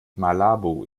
malabo